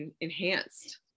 enhanced